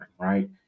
right